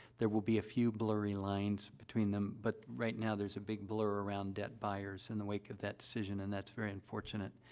there will be a few blurry lines between them, but right now, there's a big blur around debt buyers in the wake of that decision, and that's very unfortunate,